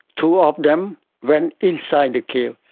two of them went inside the cave,